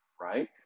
Right